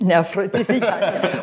ne afrodiziakas